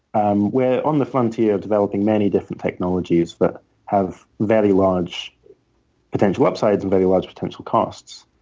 um we're on the frontier of developing many different technologies that have very large potential upsides and very large potential costs.